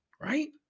Right